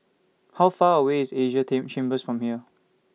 How Far away IS Asia Chambers from here